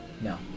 No